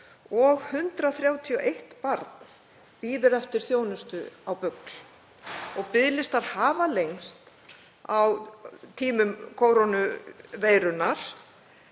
og 131 barn bíður eftir þjónustu á BUGL. Biðlistar hafa lengst á tímum kórónuveirunnar